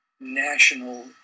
national